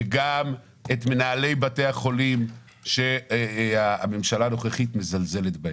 וגם את מנהלי בתי החולים שהממשלה הנוכחית מזלזלת בהם.